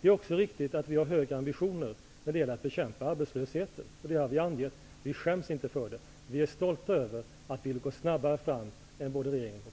Det är också riktigt att vi har höga ambitioner när det gäller att bekämpa arbetslösheten. Det har vi angivit, och vi skäms inte för det. Vi är stolta över att vi vill gå snabbare fram än både regeringen och